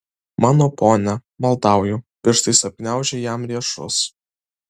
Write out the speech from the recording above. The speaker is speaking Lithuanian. mano pone maldauju pirštais apgniaužė jam riešus